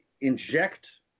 inject